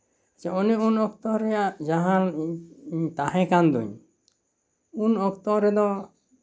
ᱚᱱᱮ ᱩᱱ ᱚᱠᱛᱚ ᱨᱮᱭᱟᱜ ᱡᱟᱦᱟᱸ ᱤᱧ ᱛᱟᱦᱮᱸ ᱠᱟᱱ ᱫᱩᱧ ᱩᱱ ᱚᱠᱛᱚ ᱨᱮᱫᱚ